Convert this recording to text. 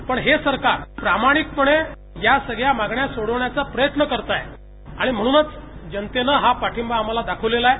पण हे सरकार प्रामाणिकपणे या सगळ्या मागण्या सोडवण्याचा प्रयत्न करत आहे आणि म्हणूनच त्यांना जनतेनं हा पाठिंबा आम्हाला दाखवलेला आहे